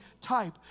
type